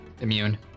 Immune